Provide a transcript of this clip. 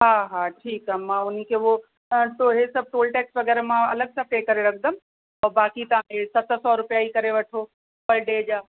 हा हा ठीकु आहे मां उन्हनि खे उहो ऐं सो इहे सभु टोल टैक्स वग़ैरह मां अलॻि सां पे करे रखंदमि ऐं बाक़ी तव्हां इहे सत सौ रुपिया ई करे वठो पर डे जा